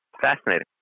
Fascinating